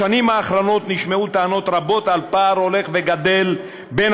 בשנים האחרונות נשמעו טענות רבות על פער הולך וגדל בין